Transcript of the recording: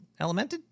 Elemented